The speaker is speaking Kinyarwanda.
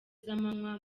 z’amanywa